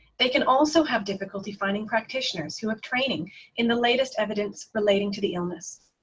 they can also have difficulty finding practitioners who have training in the latest evidence relating to the illness.